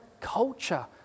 culture